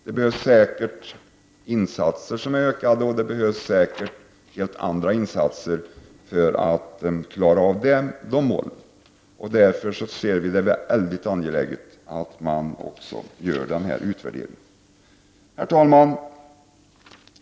Det behövs säkert utökade insatser, och det behövs säkert också helt andra insatser för klara av att uppfylla målen. Vi anser därför att det är mycket angeläget att man gör denna utvärdering. Herr talman!